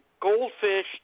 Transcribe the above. goldfish